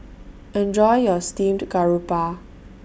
Enjoy your Steamed Garoupa